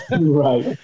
Right